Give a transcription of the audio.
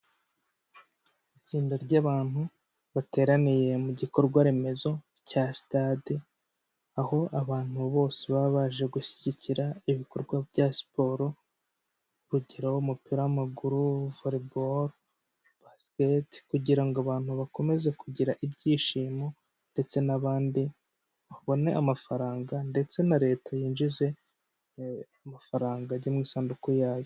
Itsinda ry'abantu bateraniye mu gikorwaremezo cya sitade aho abantu bose baba baje gushyigikira ibikorwa bya siporo, urugero umupira w'amaguru, voreboro, basiketi kugira ngo abantu bakomeze kugira ibyishimo ndetse n'abandi babone amafaranga ndetse na leta yinjize amafaranga ajya mu isanduku yayo.